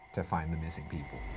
to find the missing people.